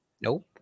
Nope